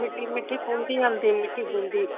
मिठी मिठी बूंदी हलदी मिठी बूंदी